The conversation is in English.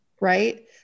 right